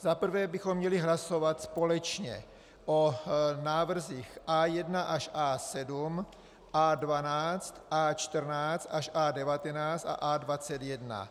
Za prvé bychom měli hlasovat společně o návrzích A1 až A7, A12, A14 až A19 a A21.